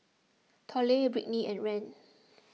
Tollie Brittnie and Rand